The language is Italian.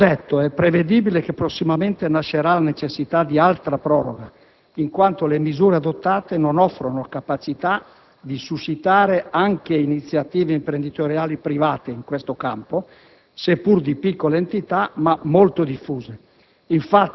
Ciò detto, è prevedibile che prossimamente nascerà la necessità di altra proroga, in quanto le misure adottate non offrono capacità di suscitare anche iniziative imprenditoriali private in questo campo, seppur di piccola entità, ma molto diffuse.